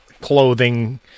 clothing